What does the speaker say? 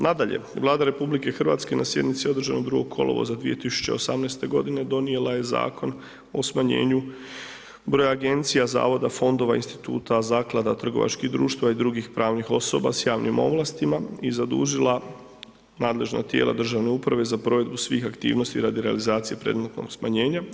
Nadalje, Vlada RH na sjednici održanoj 2. kolovoza 2018. godine donijela je Zakon o smanjenju broja agencija, zavoda fondova, instituta, zaklada, trgovačkih društva i drugih pravnih osoba s javnim ovlastima i zadužila nadležna tijela državne uprave za provedbu svih aktivnosti radi realizacije predmetnog smanjenja.